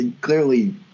Clearly